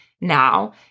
now